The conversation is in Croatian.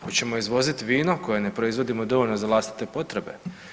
Hoćemo izvoditi vino koje ne proizvodimo dovoljno za vlastite potrebe?